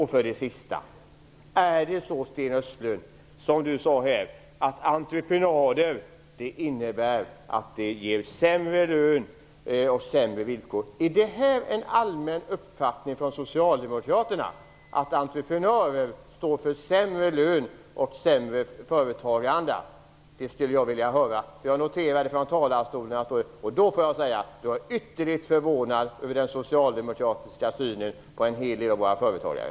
Till sist: Är det så, som Sten Östlund sade, att entreprenader innebär sämre lön och sämre arbetsvillkor? Jag skulle vilja höra om det är en allmän uppfattning bland socialdemokraterna att entreprenörer står för sämre lön och sämre företagaranda. I så fall vill jag säga att jag är ytterst förvånad över den socialdemokratiska synen på en hel del av våra företagare.